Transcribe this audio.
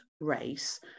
race